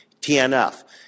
TNF